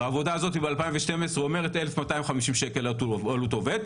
והעבודה הזאת מ-2012 אומרת שהעלות היא 1,250 שקלים זה עלות העובד.